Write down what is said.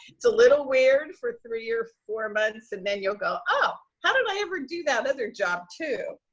it's a little weird for three or four months and then you'll go, oh, how did i ever do that other job too?